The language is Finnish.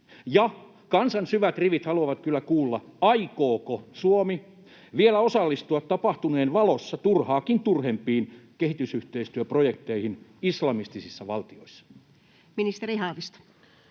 kansan syvät rivit haluavat kyllä kuulla, aikooko Suomi vielä osallistua tapahtuneen valossa turhaakin turhempiin kehitysyhteistyöprojekteihin islamistisissa valtioissa. [Speech 23]